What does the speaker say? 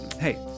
Hey